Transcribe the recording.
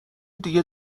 دیگه